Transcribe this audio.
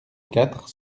quatre